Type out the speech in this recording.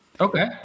okay